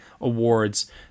awards